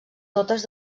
totes